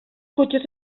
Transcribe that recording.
cotxes